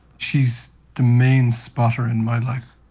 she is the main spotter in my life.